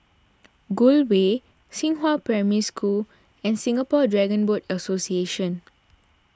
Gul Way Xinghua Primary School and Singapore Dragon Boat Association